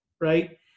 right